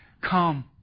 Come